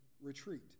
retreat